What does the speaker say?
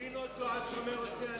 כופין אותו עד שאומר רוצה אני.